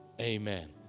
amen